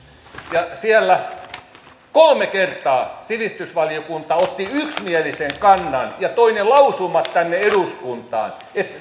ja siellä kolme kertaa sivistysvaliokunta otti yksimielisen kannan ja toi ne lausumat tänne eduskuntaan että